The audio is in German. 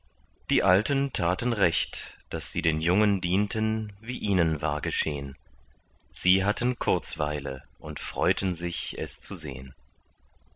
die alten taten recht daß sie den jungen dienten wie ihnen war geschehn sie hatten kurzweile und freuten sich es zu sehn